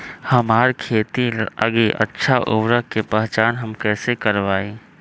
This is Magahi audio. हमार खेत लागी अच्छा उर्वरक के पहचान हम कैसे करवाई?